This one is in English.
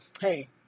hey